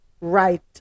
right